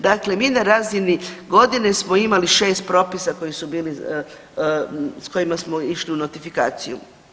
Dakle, mi na razini godine smo imali 6 propisa koji su bili, s kojima smo išli u notifikaciju.